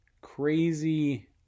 crazy